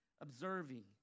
observing